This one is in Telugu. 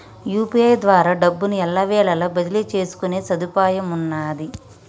యూ.పీ.ఐ ద్వారా డబ్బును ఎల్లవేళలా బదిలీ చేసుకునే సదుపాయమున్నాది